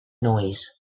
noise